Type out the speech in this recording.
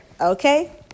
Okay